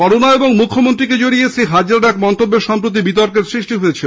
corona ও মুখ্যমন্ত্রীকে জড়িয়ে শ্রী হাজরার এক মন্তব্যে সম্প্রতি বিতর্কের সৃষ্টি হয়েছিল